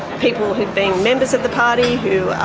people who've been members of the party who